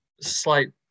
slight